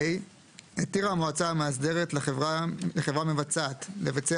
(ה)התירה המועצה המאסדרת לחברה מבצעת לבצע